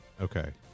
Okay